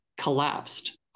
collapsed